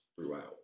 throughout